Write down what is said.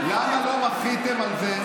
למה לא מחיתם על זה?